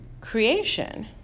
creation